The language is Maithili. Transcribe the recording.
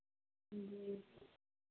जी